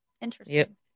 Interesting